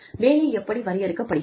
வேலை எப்படி வரையறுக்கப்படுகிறது